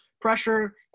pressure